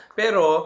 pero